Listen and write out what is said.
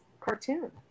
cartoon